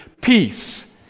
peace